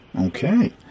Okay